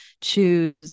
choose